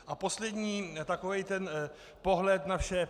A poslední takový ten pohled na vše.